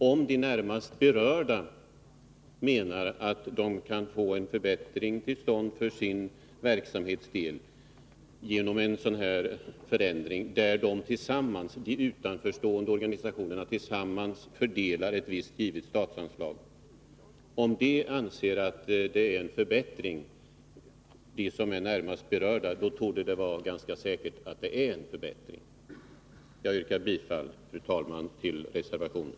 Om de närmast berörda menar att de kan få en förbättring till stånd för sin verksamhets del genom en sådan förändring, som innebär att de utanför stående organisationerna fördelar ett visst givet statsanslag— då torde det vara ganska säkert att det är en förbättring. Jag yrkar, fru talman, bifall till reservationen.